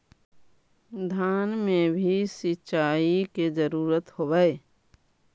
धान मे भी सिंचाई के जरूरत होब्हय?